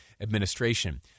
administration